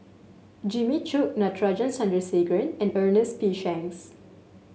Jimmy Chok Natarajan Chandrasekaran and Ernest P Shanks